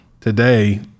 today